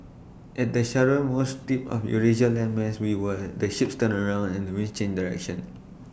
at the southernmost tip of Eurasia landmass we where are the ships turn around and the winds change direction